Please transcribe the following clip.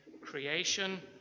creation